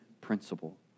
principle